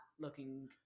looking